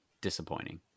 disappointing